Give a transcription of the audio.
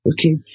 Okay